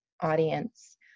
audience